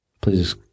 Please